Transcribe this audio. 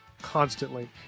constantly